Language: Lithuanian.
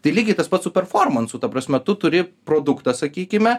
tai lygiai tas pats su performansu ta prasme tu turi produktą sakykime